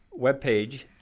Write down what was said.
webpage